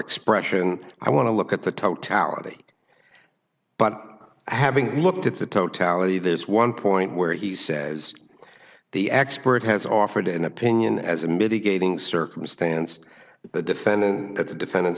expression i want to look at the totality but having looked at the totality this one point where he says the expert has offered an opinion as a mitigating circumstance to the defendant that the defendant